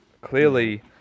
clearly